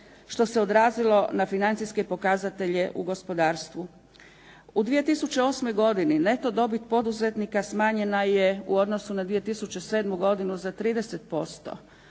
što se odrazilo na financijske pokazatelje u gospodarstvu. U 2008. godini neto dobit poduzetnika smanjena je u odnosu na 2007. godinu za 30%,